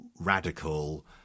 radical